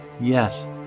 Yes